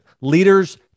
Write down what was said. Leaders